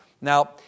Now